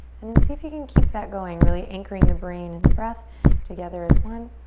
and and see if you can keep that going. really anchoring the brain and the breath together as one.